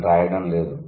అని వ్రాయడం లేదు